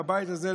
בבית הזה,